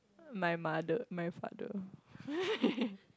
my mother my father